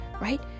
right